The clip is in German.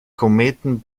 kometen